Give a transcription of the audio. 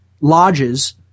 lodges